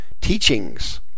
teachings